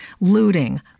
looting